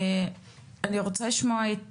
אני רוצה לשמוע את